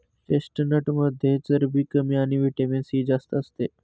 चेस्टनटमध्ये चरबी कमी आणि व्हिटॅमिन सी जास्त असते